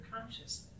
consciousness